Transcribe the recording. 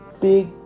big